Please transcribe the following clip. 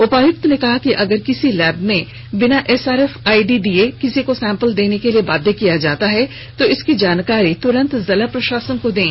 उपायुक्त ने कहा कि अगर किसी लैब में बिना एसआरएफ आईडी दिए किसी का सैंपल देने के लिए बाध्य किया जाता है तो इसकी जानकारी तुरंत जिला प्रशासन को दें